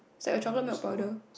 it's like chocolate milk powder